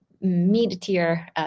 mid-tier